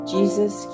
Jesus